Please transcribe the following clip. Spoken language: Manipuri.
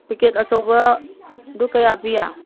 ꯄꯦꯀꯦꯠ ꯑꯆꯧꯕꯗꯨ ꯀꯌꯥ ꯄꯤ